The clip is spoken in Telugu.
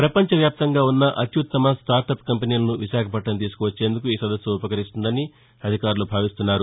ప్రపంచ వ్యాప్తంగా ఉన్న అత్యత్తమ స్టార్టప్ కంపెనీలను విశాఖపట్నం తీసుకువచ్చేందుకు ఈ సదస్సు ఉపకరిస్తుందని అధికారులు భావిస్తున్నారు